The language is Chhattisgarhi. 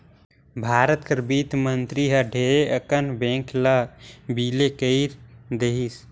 भारत कर बित्त मंतरी हर ढेरे अकन बेंक ल बिले कइर देहिस